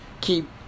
keep